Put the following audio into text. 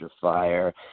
Fire